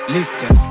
Listen